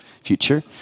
future